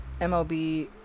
MLB